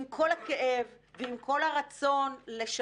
עם כל הכאב ועם כל הרצון לשנות,